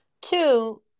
Two